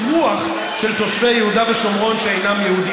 אזרוח של תושבי יהודה ושומרון שאינם יהודים.